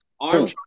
Arm